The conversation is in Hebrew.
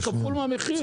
זה כפול מהמחיר.